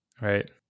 Right